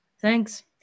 Thanks